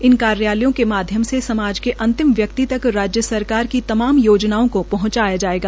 इन कार्यालयों के माध्यम से समाज के अंतिम व्यक्ति तक राज्य सरकार की तमाम योजनाओं को पहंचाया जाएगा